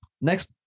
Next